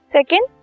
Second